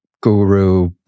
guru